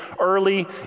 early